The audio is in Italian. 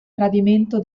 tradimento